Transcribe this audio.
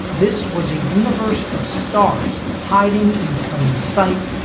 this was a universe of stars hiding in plain sight.